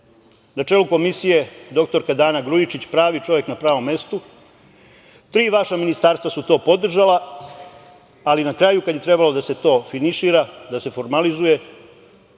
Na čelu Komisije, doktorka Dana Grujičić, pravi čovek na pravom mestu, tri vaša ministarstva su to podržala, ali na kraju, kada je trebalo to da se finišira, da se formalizuje